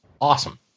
Awesome